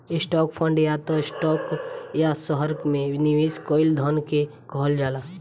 stock fund या त stock या शहर में निवेश कईल धन के कहल जाला